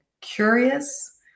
curious